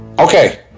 okay